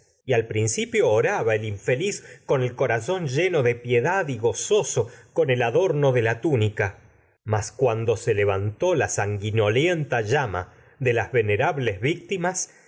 y al prin con cipio oraba el infeliz gozoso vantó el corazón lleno la túnica de piedad se y con el adorno de mas cuando le la sanguinolenta llama de las venerables